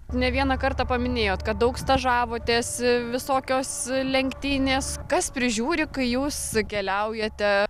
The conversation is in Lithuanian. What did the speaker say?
ne vieną kartą paminėjot kad daug stažavotės visokios lenktynės kas prižiūri kai jūs keliaujate